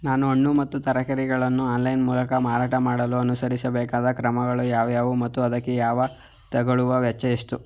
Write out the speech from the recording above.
ನಾನು ಹಣ್ಣು ಮತ್ತು ತರಕಾರಿಗಳನ್ನು ಆನ್ಲೈನ ಮೂಲಕ ಮಾರಾಟ ಮಾಡಲು ಅನುಸರಿಸಬೇಕಾದ ಕ್ರಮಗಳು ಯಾವುವು ಮತ್ತು ಅದಕ್ಕೆ ತಗಲುವ ವೆಚ್ಚ ಎಷ್ಟು?